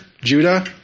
Judah